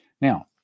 Now